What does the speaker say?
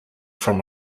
from